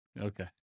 Okay